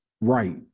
right